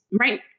Right